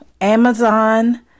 Amazon